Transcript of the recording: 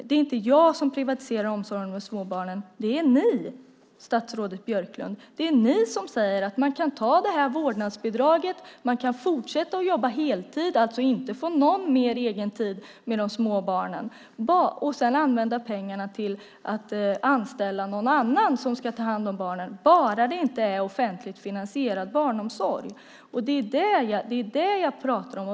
Det är inte jag som privatiserar omsorgen om de små barnen, det är ni, statsrådet Björklund. Det är ni som säger att man kan ta det här vårdnadsbidraget, man kan fortsätta att jobba heltid, alltså inte få någon mer egen tid med de små barnen, och använda pengarna till att anställa någon annan som ska ta hand om barnen, bara det inte är offentligt finansierad barnomsorg. Det är det jag pratar om.